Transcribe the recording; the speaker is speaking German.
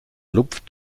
lupft